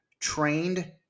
trained